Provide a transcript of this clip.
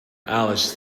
alice